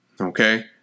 Okay